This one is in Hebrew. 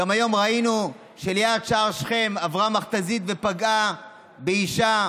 גם היום ראינו שליד שער שכם עברה מכת"זית ופגעה באישה